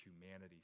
humanity